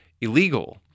illegal